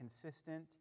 consistent